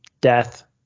death